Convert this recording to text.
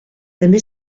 també